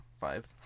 five